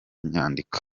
nyandiko